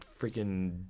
freaking